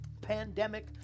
pandemic